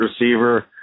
receiver